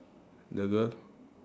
the girl